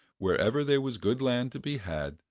wherever there was good land to be had,